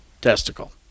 testicle